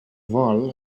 vol